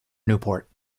newport